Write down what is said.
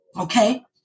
okay